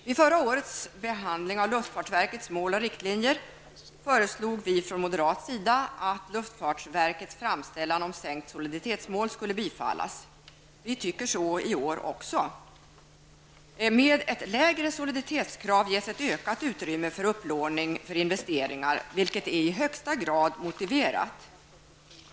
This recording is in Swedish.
Vid förra årets behandling av luftfartsverkets mål och riktlinjer föreslog vi från moderat sida att luftfartsverkets framställan om sänkt soliditetsmål skulle bifallas. Vi tycker så i år också. Med ett lägre soliditetskrav ges ökat utrymme för upplåning till investeringar, vilket är i högsta grad motiverat.